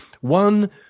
One